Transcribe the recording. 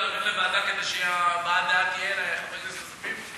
להעביר לוועדה כדי שהבעת דעה תהיה לחברי כנסת נוספים?